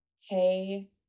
hey